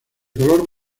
color